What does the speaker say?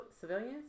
civilians